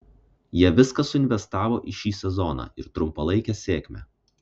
jie viską suinvestavo į šį sezoną ir trumpalaikę sėkmę